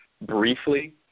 briefly